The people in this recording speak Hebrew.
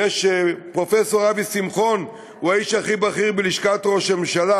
פרופסור אבי שמחון הוא האיש הכי בכיר בלשכת ראש הממשלה.